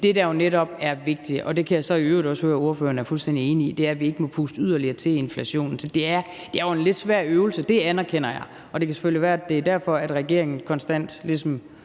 Det, der netop er vigtigt, og det kan jeg så i øvrigt også høre ordføreren er fuldstændig enig i, er, at vi ikke må puste yderligere til inflationen. Så det er jo en lidt svær øvelse, det anerkender jeg, og det kan selvfølgelig være, at det er derfor, regeringen konstant ligesom